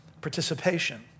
participation